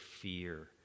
fear